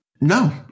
No